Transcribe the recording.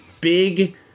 Big